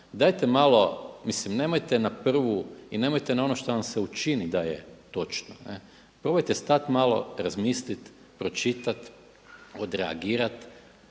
Dajte malo, mislim, nemojte na prvu i nemojte na ono što vam se učini da je točno, ne. Probajte stati malo, razmisliti, pročitati, odreagirati,